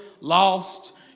lost